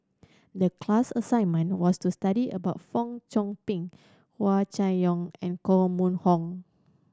the class assignment was to study about Fong Chong Pik Hua Chai Yong and Koh Mun Hong